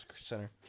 center